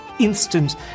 instant